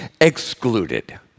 excluded